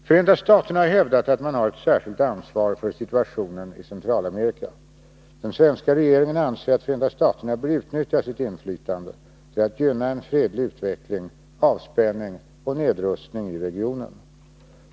Förenta staterna har hävdat att man har ett särskilt ansvar för situationen i Centralamerika. Den svenska regeringen anser att Förenta staterna bör utnyttja sitt inflytande till att gynna en fredlig utveckling, avspänning och nedrustning i regionen.